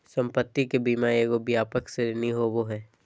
संपत्ति के बीमा एगो व्यापक श्रेणी होबो हइ